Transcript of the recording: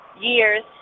years